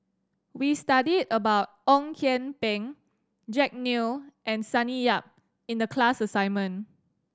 we studied about Ong Kian Peng Jack Neo and Sonny Yap in the class assignment